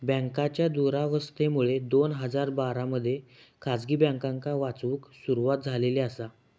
बँकांच्या दुरावस्थेमुळे दोन हजार बारा मध्ये खासगी बँकांका वाचवूक सुरवात झालेली आसा